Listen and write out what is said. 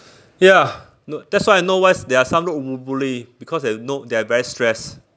ya no that's why know why is there are some ro~ bu~ bully because they no they are very stressed